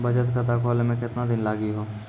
बचत खाता खोले मे केतना दिन लागि हो?